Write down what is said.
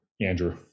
Andrew